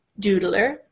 doodler